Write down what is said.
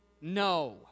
no